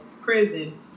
prison